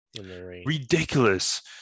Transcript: Ridiculous